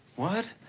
what.